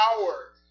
power